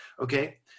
okay